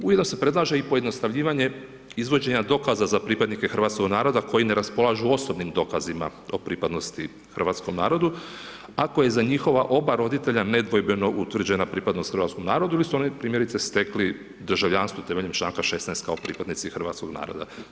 Ujedno se predlaže i pojednostavljivanje izvođenja dokaza za pripadnike hrvatskog naroda koji ne raspolažu osobnim dokazima o pripadnostima hrvatskom narodu, ako je za njihova oba roditelja nedvojbeno utvrđena pripadnost hrvatskom narodu ili su oni primjerice stekli državljanstvo temeljem čl. 16 kao pripadnici hrvatskog naroda.